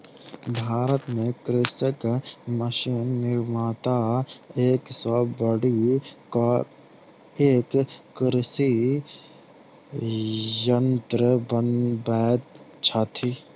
भारत मे कृषि मशीन निर्माता एक सॅ बढ़ि क एक कृषि यंत्र बनबैत छथि